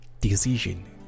decision